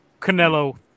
Canelo